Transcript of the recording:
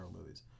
movies